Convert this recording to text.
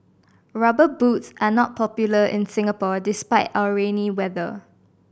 Rubber Boots are not popular in Singapore despite our rainy weather